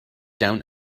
down